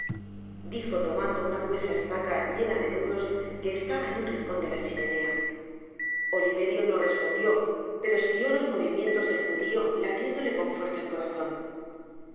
dijo tomando una gruesa estaca llena de nudos que estaba en un rincon de la chimenea oliverio no respondió pero espió los movimientos del judio latiéndole con fuerza el corazon si